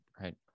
right